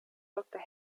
doktor